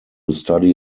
study